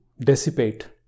dissipate